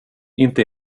inte